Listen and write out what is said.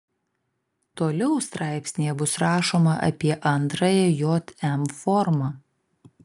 toliau straipsnyje bus rašoma apie antrąją jm formą